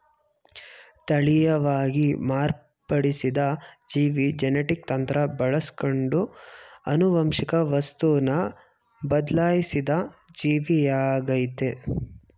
ತಳೀಯವಾಗಿ ಮಾರ್ಪಡಿಸಿದ ಜೀವಿ ಜೆನೆಟಿಕ್ ತಂತ್ರ ಬಳಸ್ಕೊಂಡು ಆನುವಂಶಿಕ ವಸ್ತುನ ಬದ್ಲಾಯ್ಸಿದ ಜೀವಿಯಾಗಯ್ತೆ